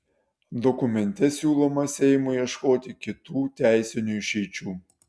dokumente siūloma seimui ieškoti kitų teisinių išeičių